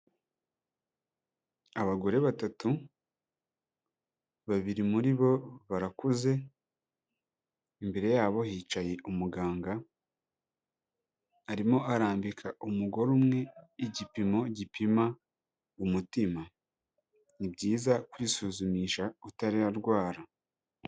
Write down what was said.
Abagore batatu, babiri muri bo barakuze, imbere yabo hicaye umuganga, arimo arambika umugore umwe igipimo gipima umutima, ni byiza kwisuzumisha utararwara.